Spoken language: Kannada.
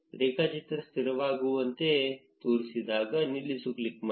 ರೇಖಾಚಿತ್ರ ಸ್ಥಿರವಾಗಿರುವಂತೆ ತೋರಿದಾಗ ನಿಲ್ಲಿಸು ಕ್ಲಿಕ್ ಮಾಡಿ